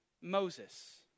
Moses